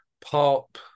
pop